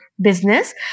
business